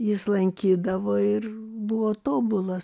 jis lankydavo ir buvo tobulas